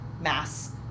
mass